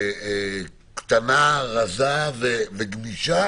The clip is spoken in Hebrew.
קטנה, רזה וגמישה